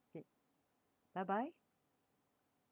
okay bye bye